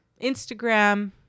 Instagram